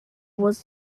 was